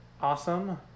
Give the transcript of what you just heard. awesome